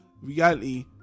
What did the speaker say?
reality